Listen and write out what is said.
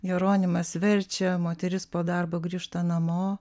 jeronimas verčia moteris po darbo grįžta namo